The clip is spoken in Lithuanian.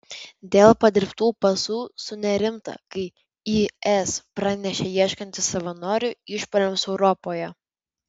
dėl padirbtų pasų sunerimta kai is pranešė ieškanti savanorių išpuoliams europoje